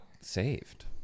saved